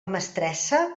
mestressa